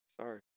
sorry